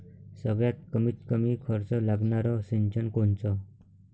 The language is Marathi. सगळ्यात कमीत कमी खर्च लागनारं सिंचन कोनचं?